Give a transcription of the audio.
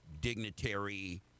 dignitary